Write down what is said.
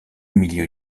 milieu